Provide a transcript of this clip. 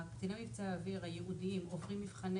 קציני מבצעי האוויר הייעודים עוברים מבחני